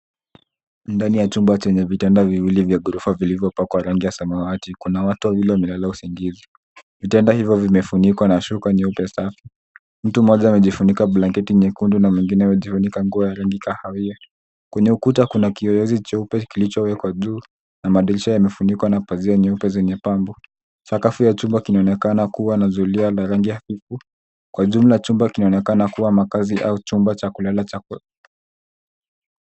Ndani ya chumba chenye vitanda viwili vya ghorofa vilivyopakwa rangi ya samawati kuna watu wawili wamelala usingizi. Vitanda hivyo vimefunikwa na shuka nyeupe safi. Mtu mmoja amejifunika blanketi nyekundu na mwingine amejifunika nguo ya rangi kahawia. Kwenye ukuta kuna kiyoyezi cheupe kilichowekwa juu na madirisha yamefunikwa na pazia nyeupe zenye pambo. Sakafu ya chuma kinaonekana kuwa na zulia ya rangi ya kuku. Kwa jumla chumba kinaonekana kuwa makazi au chumba cha kulala.